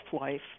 life